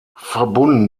verbunden